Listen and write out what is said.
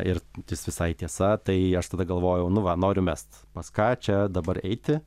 ir jis visai tiesa tai aš tada galvojau nu va noriu mest pas ką čia dabar eiti